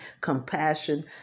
compassion